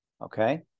okay